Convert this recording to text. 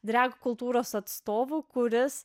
drengti kultūros atstovų kuris